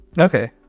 Okay